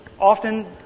often